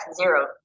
Zero